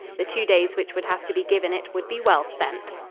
the two days which would have to be given it would be well spent.